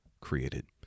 created